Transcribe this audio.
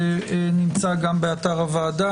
הוא נמצא גם באתר הוועדה,